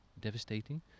devastating